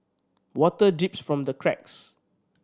water drips from the cracks